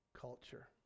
culture